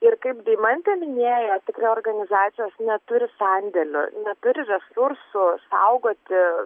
ir kaip deimantė minėjo tikrai organizacijos neturi sandėlių neturi resursų saugoti